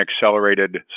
accelerated